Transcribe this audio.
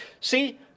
See